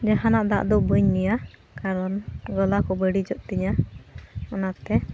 ᱡᱟᱦᱟᱸ ᱱᱟᱜ ᱫᱟᱜᱫᱚ ᱵᱟᱹᱧ ᱧᱩᱭᱟ ᱠᱟᱨᱚᱱ ᱜᱚᱞᱟᱠᱚ ᱵᱟᱹᱲᱤᱡᱚᱜ ᱛᱤᱧᱟᱹ ᱚᱱᱟᱛᱮ